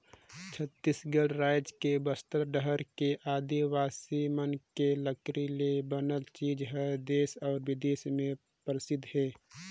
छत्तीसगढ़ रायज के बस्तर डहर के आदिवासी मन के लकरी ले बनाल चीज हर देस अउ बिदेस में परसिद्ध हे